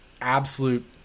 absolute